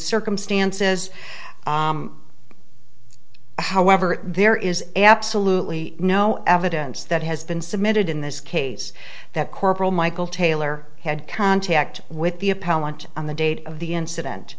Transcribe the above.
circumstances however there is absolutely no evidence that has been submitted in this case that corporal michael taylor had contact with the appellant on the date of the incident